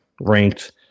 ranked